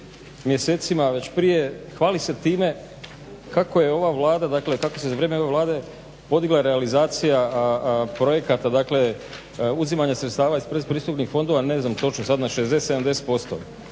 mjesecima već prije hvali se time kako je ova Vlada, dakle kako se za vrijeme ove Vlade podigla realizacija projekata, dakle uzimanja sredstava iz pretpristupnih fondova, ne znam točno sad, na 60, 70%.